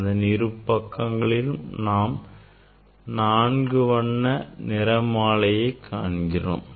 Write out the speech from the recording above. அதன் இரு பக்கத்திலும் நாம் நான்கு வண்ண நிறமாலையை காண்கிறோம்